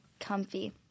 Comfy